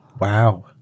Wow